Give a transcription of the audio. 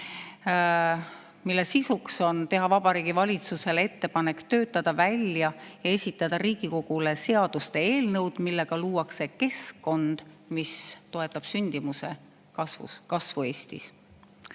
mille sisu on teha Vabariigi Valitsusele ettepanek töötada välja ja esitada Riigikogule seaduste eelnõud, millega luuakse keskkond, mis toetab sündimuse kasvu Eestis. Seda